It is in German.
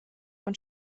von